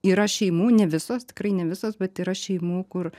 yra šeimų ne visos tikrai ne visos bet yra šeimų kur